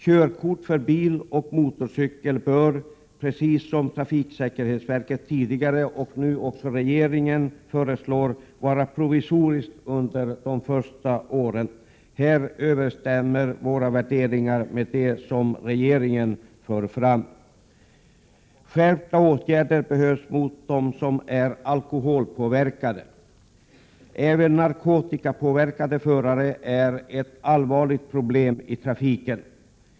Körkort för bil och motorcykel bör — precis som trafiksäkerhetsverket tidigare och nu också regeringen föreslagit — vara provisoriskt under de första åren. Här överensstämmer våra värderingar med dem som regeringen fört fram. Skärpta åtgärder behövs mot dem som kör alkoholpåverkade. Även narkotikapåverkade förare är ett allvarligt problem i trafiken.